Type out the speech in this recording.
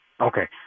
Okay